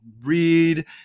read